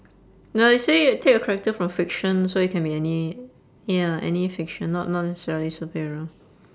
no it say take a character from fiction so it can be any ya any fiction not not necessarily superhero